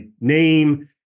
name